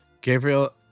Gabriel